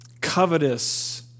covetous